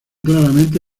claramente